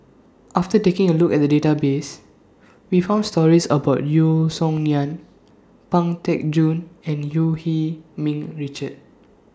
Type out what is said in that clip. after taking A Look At The Database We found stories about Yeo Song Nian Pang Teck Joon and EU He Ming Richard